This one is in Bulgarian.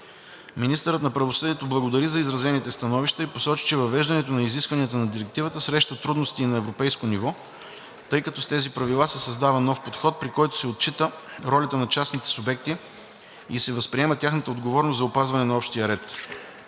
Министърът на правосъдието благодари за изразените становища и посочи, че въвеждането на изискванията на Директивата среща трудности и на европейско ниво, тъй като с тези правила се създава нов подход, при който се отчита ролята на частните субекти и се възприема тяхната отговорност за опазване на общия ред.